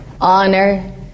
honor